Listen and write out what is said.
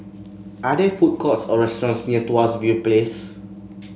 are there food courts or restaurants near Tuas View Place